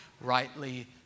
rightly